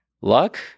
luck